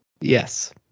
Yes